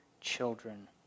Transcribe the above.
children